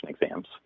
exams